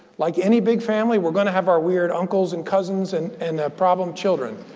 like any big family, we're going to have our weird uncles and cousins and and the problem children.